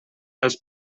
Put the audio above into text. els